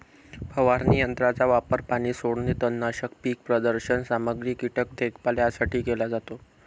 फवारणी यंत्राचा वापर पाणी सोडणे, तणनाशक, पीक प्रदर्शन सामग्री, कीटक देखभाल यासाठी केला जातो